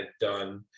done